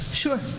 Sure